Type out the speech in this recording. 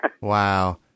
Wow